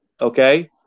okay